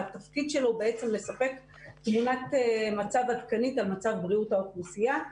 והתפקיד שלו לספק תמונת מצב עדכנית על מצב בריאות האוכלוסייה,